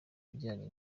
bijyanye